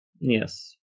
Yes